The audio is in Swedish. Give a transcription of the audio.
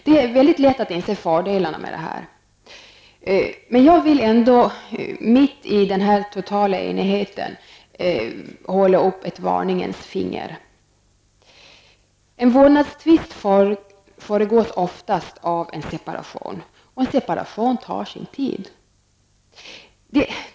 Det är mycket lätt att inse fördelarna med detta, men jag vill ändå, mitt i den totala enigheten, hålla upp ett varningens finger. En vårdnadstvist föregås oftast av en separation, och en separation tar sin tid.